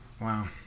Wow